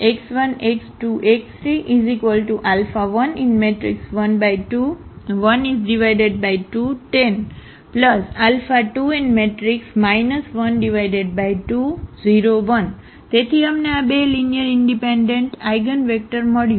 x1 x2 x3 112 1 0 2 12 0 1 તેથી અમને આ બે લીનીઅરઇનડિપેન્ડન્ટ આઇગનવેક્ટર મળ્યું